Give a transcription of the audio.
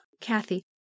Kathy